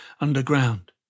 underground